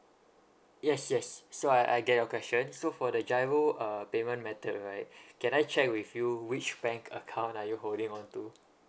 yes yes so I I get your question so for the G_I_R_O uh payment method right can I check with you which bank account are you holding on to